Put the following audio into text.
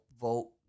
vote